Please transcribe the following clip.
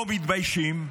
לא מתביישים,